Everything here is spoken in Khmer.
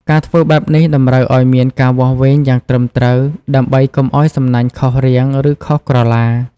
ការធ្វើបែបនេះតម្រូវឲ្យមានការវាស់វែងយ៉ាងត្រឹមត្រូវ ដើម្បីកុំឲ្យសំណាញ់ខុសរាង ឬខុសក្រឡា។